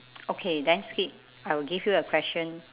okay then skip I will give you a question